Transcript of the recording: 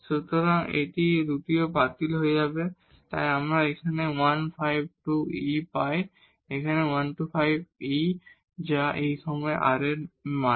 সুতরাং এই দুটিও বাতিল হয়ে যায় তাই আমরা 152e পাই এটি 152e যা এই সময়ে r এর মান